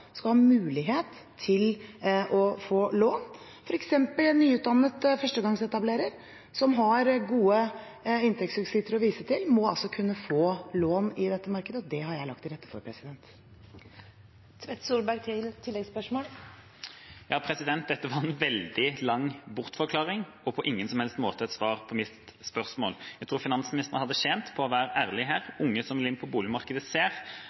skal ha mulighet til å få lån. For eksempel må altså en nyutdannet førstegangsetablerer som har gode inntektsutsikter å vise til, kunne få lån i dette markedet, og det har jeg lagt til rette for. Dette var en veldig lang bortforklaring og på ingen som helst måte et svar på mitt spørsmål. Jeg tror finansministeren hadde tjent på å være ærlig her. Unge som vil inn på boligmarkedet, ser